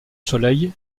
soleil